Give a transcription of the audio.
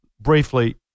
briefly